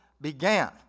began